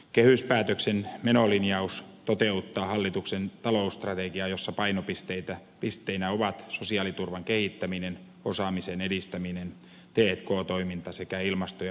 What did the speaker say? kehyspäätöksen menolinjaus toteuttaa hallituksen talousstrategiaa jossa painopisteinä ovat sosiaaliturvan kehittäminen osaamisen edistäminen t k toiminta sekä ilmasto ja energiapolitiikka